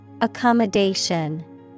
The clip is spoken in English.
Accommodation